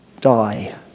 die